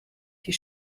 die